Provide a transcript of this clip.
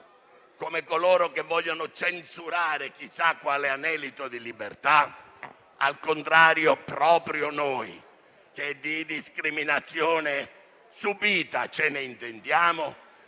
come coloro che vogliono censurare chissà quale anelito di libertà. Al contrario, proprio noi, che di discriminazione subita ci intendiamo,